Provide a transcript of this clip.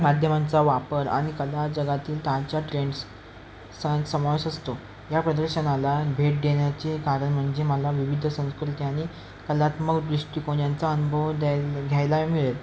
माध्यमांचा वापर आणि कलाजगातील ताच्या ट्रेंड्स सन समावेश असतो या प्रदर्शनाला भेट देण्याचे कारण म्हणजे मला विविध संस्कृती आणि कलात्मक दृष्टिकोन यांचा अनुभव द्यायला घ्यायला मिळेल